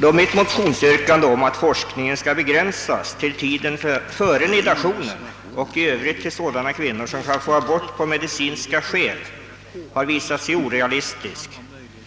Då mitt motionsyrkande om att forskningen skall begränsas till tiden före nidationen och i övrigt till sådana kvinnor, som kan få abort på medicinska skäl, har visat sig orealistiskt,